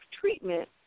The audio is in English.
treatment